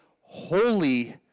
holy